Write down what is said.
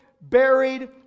buried